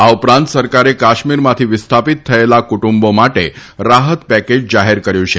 આ ઉપરાંત સરકારે કાશ્મીરમાંથી વિસ્થાપિત થયેલા કુટુંબો માટે રાહત પેકેજ જાહેર કર્યું છે